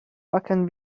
packen